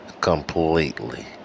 completely